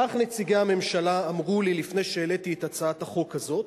כך נציגי הממשלה אמרו לי לפני שהעליתי את הצעת החוק הזאת.